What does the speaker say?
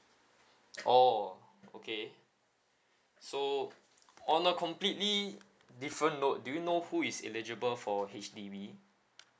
oh okay so on a completely different note do you know who is eligible for H_D_B